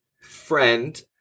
friend